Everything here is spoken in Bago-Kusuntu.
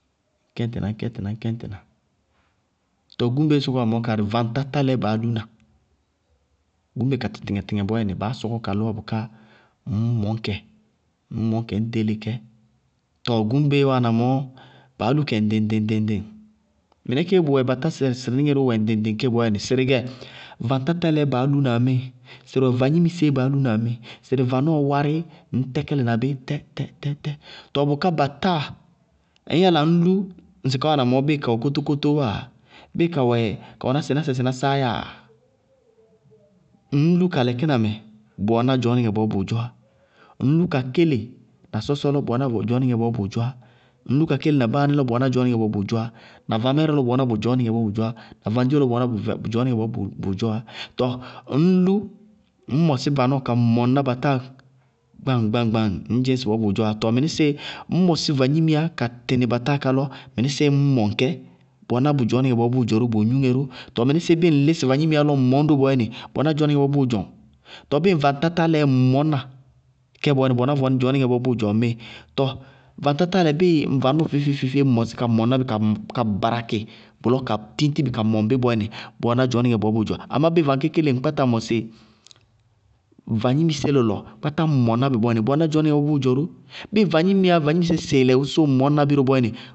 Ŋñ kɛñtɩna ŋñ kɛñtɩna ŋñ kɛñtɩna. Tɔɔ gúŋbeé sɔkɔwá mɔɔ, karɩ vaŋtátálɛɛ baá lúna. Gúñbe ka tɩtɩŋɛ-tɩtɩŋɛ bɔɔyɛnɩ, ŋñ sɔkɔ kalɔɔwá bʋká ŋñ mɔñ kɛ, ŋñ mɔñkɛ ŋñ ɖéle kɛ. Tɔɔ gúñbeé wáana mɔɔ, baá lú kɛ ŋɖɩŋ-ŋɖɩŋ ŋɖɩŋ-ŋɖɩŋ, mɩnɛkéé bʋwɛ batásɛ sɩrɩníŋɛ ró wɛ ŋɖɩŋ-ŋɖɩŋ ké bɔɔyɛnɩ, sɩrɩwɛ vaŋtátálɛɛ baá lúna ŋmíɩ, sɩrɩwɛ vagnimiséé baá lúna ŋmíɩ, sɩrɩ vanɔɔ wáríí ŋñ tɛkɛlɩna bí tɛ-tɛ-tɛ. Tɔɔ bʋká batáa, ŋñ yála ŋñ lú, ŋsɩ ká wáana mɔɔ bíɩ kawɛ kótókóówáa, bíɩ ka wɛ ka wɛná sɩnásɛ sɩnásáá yáa, ŋñ lú ka lɛkínamɛ, bʋ wɛná dzɔɔnɩŋɛ bɔɔ bʋʋ dzɔwá, ŋñ lú ka kéle na sɔsɔlɔ, bʋ wɛná dzɔɔnɩŋɛ bɔɔ bʋʋ dzɔwá, ŋñ lú ka kéle na báánílɔ, bʋ wɛná dzɔɔnɩŋɛ bɔɔ bʋʋ dzɔwá, na vamɛɛrɛ lɔ, bʋ wɛná dzɔɔnɩŋɛ bɔɔ bʋʋ dzɔwá, na vaŋɖío lɔ, bʋ wáana dzɔɔnɩŋɛ bɔɔ bʋʋ dzɔwá. Tɔɔ ŋñ lú, ŋñ mɔsí vanɔɔ ka mɔŋná batáa gbaŋ-gbaŋ-gbaŋ! Ŋñ dzɩñ ŋsɩbɔɔ bʋʋ dzɔwá, tɔɔ mɩnísíɩ ŋñ mɔsí vagnimiyá ka tɩnɩ batáa ká lɔ, mɩnísíɩ ñ mɔŋ kɛ, bʋ wɛná bʋ dzɔɔnɩŋɛ bɔɔ bʋʋ dzɔ ró, bʋ gnúŋɛ ró, tɔɔ mɩnísíɩ bíɩ ŋ lísɩ vagnimiyá ró lɔ ŋ mʋñ ró bɔɔyɛnɩ, bʋ wɛná dzɔɔnɩŋɛ bɔɔ bʋʋ dzɔ, tɔɔ bíɩ vaŋtátálɛɛ ŋ mɔña kɛ bɔɔyɛnɩ, bʋ wɛná dzɔɔnɩŋɛ bɔɔ bʋʋ dzɔ ŋmíɩ. Tɔɔ vaŋtátálɛ, bíɩ ŋ vanɔɔ feé-feéé ŋ mɔsí ka mɔŋná bɩ, ka barakɩ bʋlɔ, ka tíñti bɩ ka mɔŋ bí bɔɔyɛnɩ, bʋ wɛná dzɔɔnɩŋɛ bɔɔ bʋʋ dzɔ. Amá bíɩ vaŋ kéñkéléé ŋ kpáta mɔsɩ vagnimisé lɔlɔ kpáta mɔŋná bɩ bɔɔyɛnɩ, bʋ wɛná dzɔɔnɩŋɛ bɔɔ bʋʋ dzɔ ró, bíɩ vagnimiyá, vagnimisé sɩɩlɛɛ ŋ mɔñna bí ró bɔɔyɛnɩ.